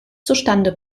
zustande